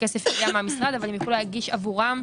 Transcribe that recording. הכסף יגיע מהמשרד אבל הם יוכלו להגיש עבורם.